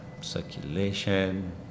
circulation